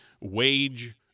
wage